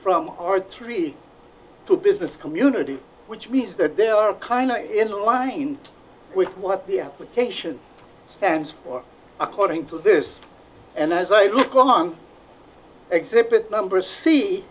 from art three to business community which means that they are kind of in line with what the application stands for according to this and as a group on exhibit number see